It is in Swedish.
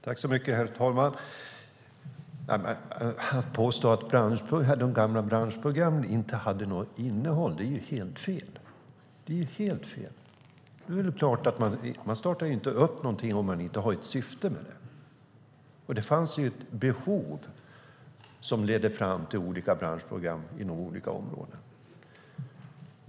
Herr talman! Att påstå att de gamla branschprogrammen inte hade något innehåll är helt fel. Det är helt fel! Man startar inte upp någonting om man inte har ett syfte med det. Det fanns ett behov som ledde fram till olika branschprogram inom olika områden.